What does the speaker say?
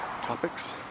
topics